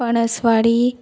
पाणसवाडी